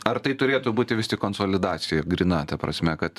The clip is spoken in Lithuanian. ar tai turėtų būti vis tik konsolidacija gryna ta prasme kad